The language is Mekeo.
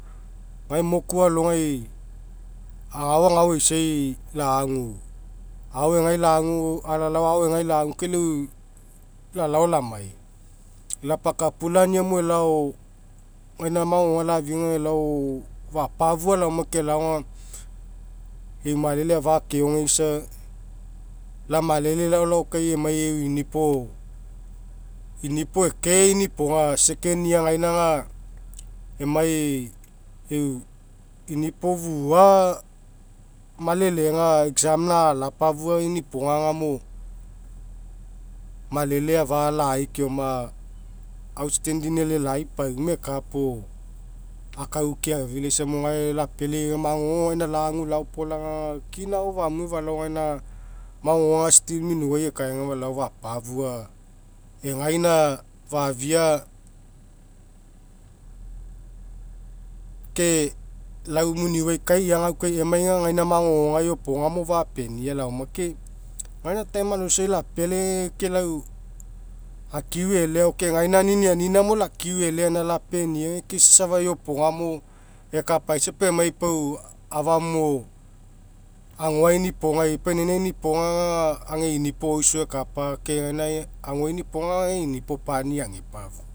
Gae moku alogai agao agao eisai la'agu agao egai la'agu lalao agao egai la'agu kai lau lalaolamai. Lapakapulaniniamo elao gaina magogoga lafia aga elao fapafua laoma kai elao aga eu malele afa. Akeogeisa iamalele lalaokai emai eu inipo inipo eke inipoga second year gaina aga emai eu inipofua malelega examina alapafua inipoga agamo malele afa lai keoma outstanding elelai pauma eka puo akau keafilaisa mo gae lapealai aga magogo gaina lagu laopolaga aga kina agao famue falao gaina magogoga still minouai ekae aga falao fapafua. Egaina fafia ke lau muniau kai eagaukae emai aga gaina magogoga iopogamo fapienia iaoma ke gaina time aloisai lapealai agu ke lau akiu e'ele agao ke gaina ninianina mo lau akiu gaina lapenia aga ke isa safa iopoga mo ekapaisa pau emai pau afagamo agoa inipogai pau inaina inupoga aga ega inipo oiso ekapa ke gaina agoa inipoga aga ega inipo pani agepafua.